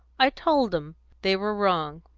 i told em they were wrong,